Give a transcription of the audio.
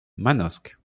manosque